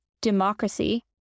democracy